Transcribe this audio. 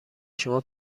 شما